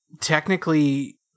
technically